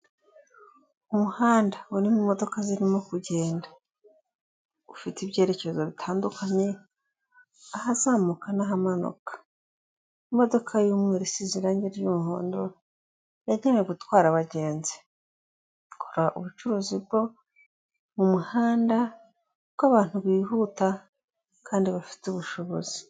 Umuhanda urimo imodoka zirimo kugenda, ufite ibyerekezo bitandukanye, ahazamuka n'ahamanuka, imodoka y'umweru isize irangi ry'umuhondo yagenewe gutwara abagenzi, ikora ubucuruzi bwo mu muhanda bw'abantu bihuta kandi bafite ubushobozi.